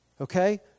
Okay